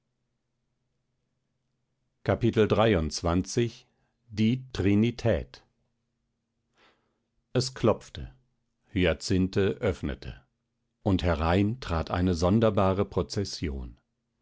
es klopfte hyacinthe öffnete und herein trat eine sonderbare prozession